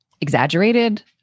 exaggerated